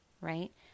right